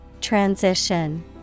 Transition